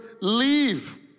leave